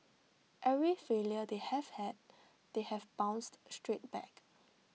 every failure they have had they have bounced straight back